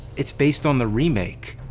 it's based on the remake.